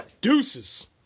deuces